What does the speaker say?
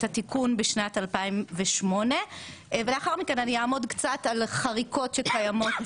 התיקון בשנת 2008. לאחר מכן אני אעמוד על חריקות שקיימות